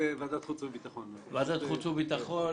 אני בוועדת חוץ וביטחון.